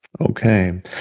Okay